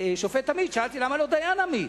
לשופט עמית שאלתי למה לא דיין עמית,